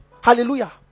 Hallelujah